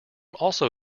also